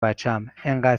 بچم، انقدر